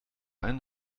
einen